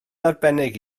arbennig